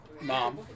mom